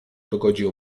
dogodził